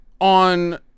on